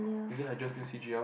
is it hydra C_G_L